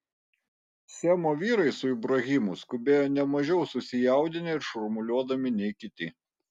semo vyrai su ibrahimu skubėjo ne mažiau susijaudinę ir šurmuliuodami nei kiti